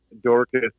Dorcas